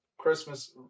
Christmas